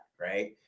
Right